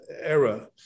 era